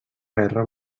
guerra